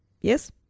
Yes